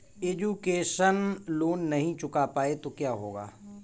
Education loan नहीं चुका पाए तो क्या होगा?